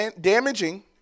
damaging